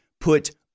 put